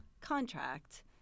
contract